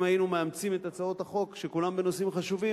אם היינו מאמצים את הצעות החוק שכולן בנושאים חשובים,